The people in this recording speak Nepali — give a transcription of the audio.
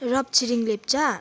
रबछिरिङ लेप्चा